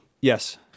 Yes